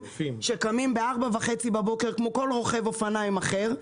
שקמים ב-4:30 בבוקר כמו כל רוכב אופניים אחר,